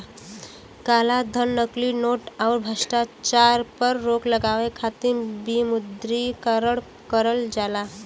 कालाधन, नकली नोट, आउर भ्रष्टाचार पर रोक लगावे खातिर विमुद्रीकरण करल जाला